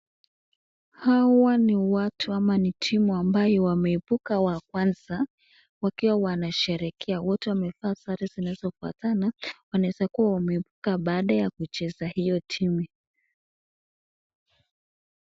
Hawa ni watu ama ni timu ambayo wameipuka wa kwanza wakiwa wanashekea. Wote wamevaa sare zinazo fanana, wanaweza kuwa wameipuka baada ya kucheza iyo timu.